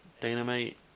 Dynamite